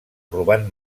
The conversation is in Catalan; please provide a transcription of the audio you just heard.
robant